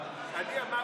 לא הקשבת למה שאמרתי,